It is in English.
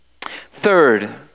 Third